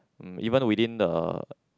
mm even within the